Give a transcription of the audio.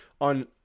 on